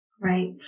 Right